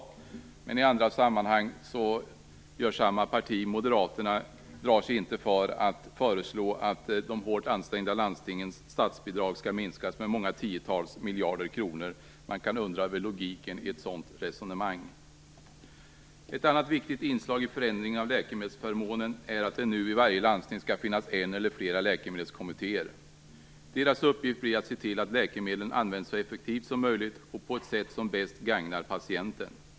Men i andra sammanhang drar sig samma parti, Moderaterna, inte för att föreslå att de hårt ansträngda landstingens statsbidrag skall minskas med många tiotals miljarder kronor. Man kan undra över logiken i ett sådant resonemang. Ett annat viktigt inslag i förändringen av läkemedelsförmånen är att det nu i varje landsting skall finnas en eller flera läkemedelskommittéer. Deras uppgift blir att se till att läkemedlen används så effektivt som möjligt och på ett sätt som bäst gagnar patienten.